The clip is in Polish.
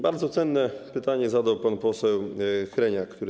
Bardzo cenne pytanie zadał pan poseł Hreniak.